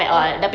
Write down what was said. oh